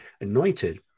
anointed